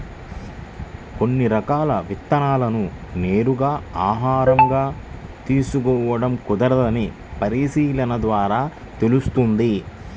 కొన్ని రకాల విత్తనాలను నేరుగా ఆహారంగా తీసుకోడం కుదరదని పరిశీలన ద్వారా తెలుస్తుంది